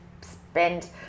spend